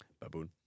Baboon